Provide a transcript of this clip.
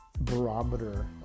barometer